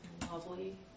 Lovely